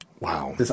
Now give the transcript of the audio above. wow